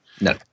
No